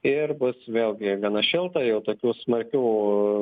ir bus vėlgi gana šilta jau tokių smarkių